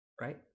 Right